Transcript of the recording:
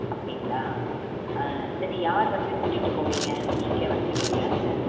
அப்படிங்களா சரி யார் வந்து கூட்டிட்டு போவிங்க நீங்கள் வந்துடுவிங்களா இல்லை